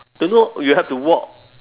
don't know you have to walk